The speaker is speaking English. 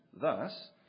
thus